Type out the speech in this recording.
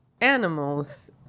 animals